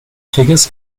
figures